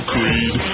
Creed